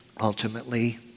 ultimately